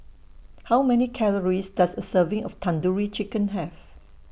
How Many Calories Does A Serving of Tandoori Chicken Have